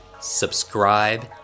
Subscribe